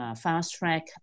fast-track